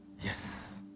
Yes